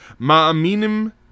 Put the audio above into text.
ma'aminim